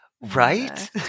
Right